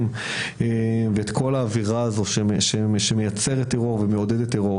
ואת כל האווירה שמייצרת ומעודדת טרור.